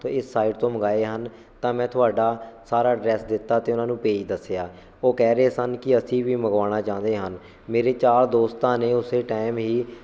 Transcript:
ਇਸ ਸਾਈਟ ਤੋਂ ਮੰਗਵਾਏ ਹਨ ਤਾਂ ਮੈਂ ਤੁਹਾਡਾ ਸਾਰਾ ਅਡਰੈਸ ਦਿੱਤਾ ਅਤੇ ਉਹਨਾਂ ਨੂੰ ਪੇਜ ਦੱਸਿਆ ਉਹ ਕਹਿ ਰਹੇ ਸਨ ਕਿ ਅਸੀਂ ਵੀ ਮੰਗਵਾਉਣਾ ਚਾਹੁੰਦੇ ਹਨ ਮੇਰੇ ਚਾਰ ਦੋਸਤਾਂ ਨੇ ਉਸ ਟਾਈਮ ਹੀ